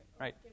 right